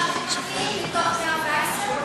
שלושה מתמחים מתוך 110?